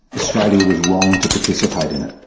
australia was wrong to participate in it.